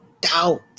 doubt